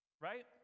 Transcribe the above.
right